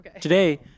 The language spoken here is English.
Today